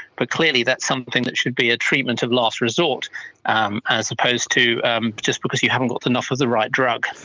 but clearly that's something that should be a treatment of last resort um as opposed to just because you haven't got enough of the right drug.